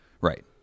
Right